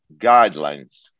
guidelines